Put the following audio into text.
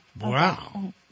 Wow